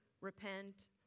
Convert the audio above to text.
repent